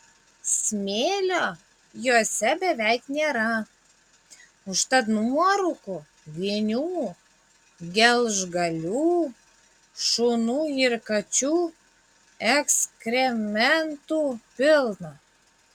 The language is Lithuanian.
smėlio jose beveik nėra užtat nuorūkų vinių gelžgalių šunų ir kačių ekskrementų pilna